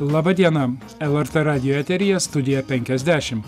laba diena lrt radijo eteryje studija penkiasdešim